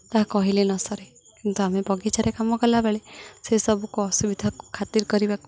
ତାହା କହିଲେ ନ ସରେ କିନ୍ତୁ ଆମେ ବଗିଚାରେ କାମ କଲାବେଳେ ସେସବୁକୁ ଅସୁବିଧାକୁ ଖାତିର କରିବାକୁ